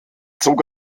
zog